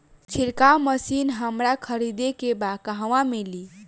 छिरकाव मशिन हमरा खरीदे के बा कहवा मिली?